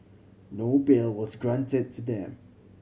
no bail was granted to them